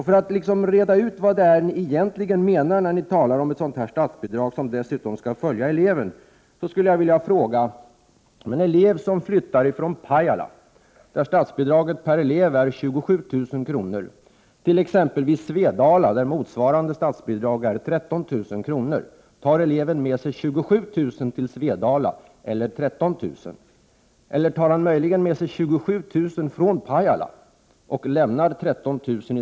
För att reda ut vad ni egentligen menar när ni talar om ett statsbidrag som dessutom skall följa eleven, vill jag fråga: Om en elev som flyttar från Pajala, där statsbidraget per elev är 27 000 kr., till t.ex. Svedala, där motsvarande statsbidrag är 13 000 kr., tar eleven med sig 27 000 kr. till Svedala eller 13 000 kr.? Tar eleven möjligen med sig 27 000 kr. från Pajala och lämnar 13 000 kr.